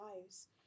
lives